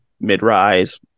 mid-rise